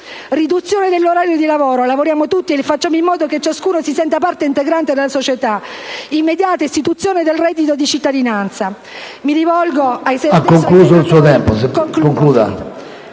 riduzione dell'orario di lavoro (lavoriamo tutti e facciamo in modo che ciascuno si senta parte integrante della società); immediata istituzione del reddito di cittadinanza. Mi rivolgo... PRESIDENTE. Ha esaurito il tempo a sua